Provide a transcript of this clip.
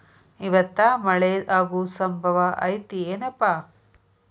ಇವತ್ತ ಮಳೆ ಆಗು ಸಂಭವ ಐತಿ ಏನಪಾ?